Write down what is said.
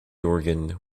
organ